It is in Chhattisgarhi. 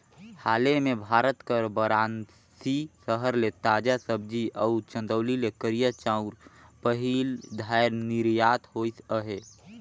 हाले में भारत कर बारानसी सहर ले ताजा सब्जी अउ चंदौली ले करिया चाँउर पहिल धाएर निरयात होइस अहे